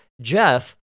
Jeff